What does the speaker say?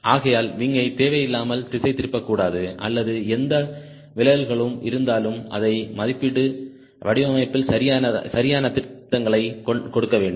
ஆகையால் விங்யை தேவையில்லாமல் திசைதிருப்பக்கூடாது அல்லது எந்த விலகல்களும் இருந்தாலும் அதை மதிப்பிட்டு வடிவமைப்பில் சரியான திருத்தங்களை கொடுக்க வேண்டும்